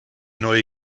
neue